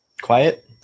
quiet